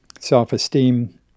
self-esteem